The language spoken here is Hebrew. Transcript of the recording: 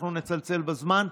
אנחנו נצלצל בזמן.